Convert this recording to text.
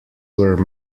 were